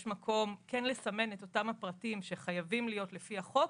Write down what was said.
יש מקום לסמן את אותם פרטים שחייבים להיות לפי החוק,